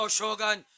Shogun